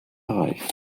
erreicht